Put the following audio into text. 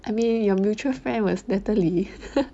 I mean your mutual friend was natalie